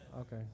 Okay